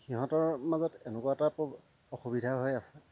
সিহঁতৰ মাজত এনেকুৱা এটা অসুবিধা হৈ আছে